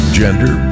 gender